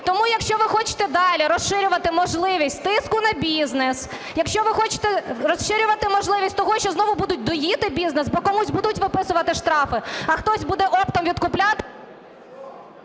Тому, якщо ви хочете далі розширювати можливість тиску на бізнес, якщо ви хочете розширювати можливість того, що знову будуть "доїти" бізнес, бо комусь будуть виписувати штрафи, а хтось буде оптом відкуплятися…